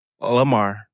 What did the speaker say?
Lamar